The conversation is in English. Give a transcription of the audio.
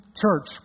church